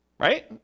Right